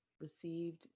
received